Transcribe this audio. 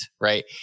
right